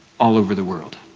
all over the world.